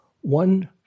One